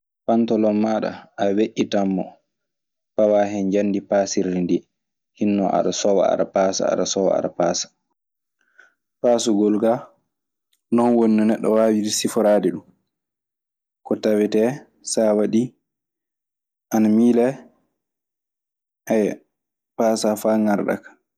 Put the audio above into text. Pantalon maaɗa a weƴƴitanmo pawaa hen njamndi paasirdi ndi. Hinnoo aɗa sowa aɗa paassa. Paasugol kaa, non woni no neɗɗo waawi siforaade ɗun. Ko tawetee so a waɗii ana miilee, pasaa faa ŋarɗa kaa.